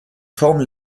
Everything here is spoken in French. forment